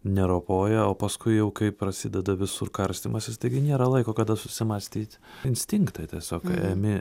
neropoja o paskui jau kaip prasideda visur karstymasis taigi nėra laiko kada susimąstyt instinktai tiesiog emi